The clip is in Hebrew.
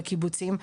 בקיבוצים,